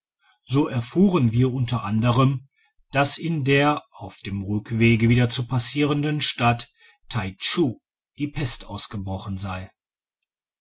so erfuhren wir unter anderem dass in der auf dem rückwege wieder zu passierenden stadt taichu die pest ausgebrochen sei